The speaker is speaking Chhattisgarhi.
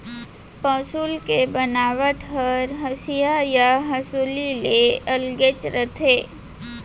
पौंसुल के बनावट हर हँसिया या हँसूली ले अलगेच रथे